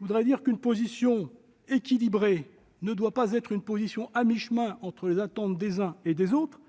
la Commission. Une position équilibrée ne doit pas être une position à mi-chemin entre les attentes des uns et des autres.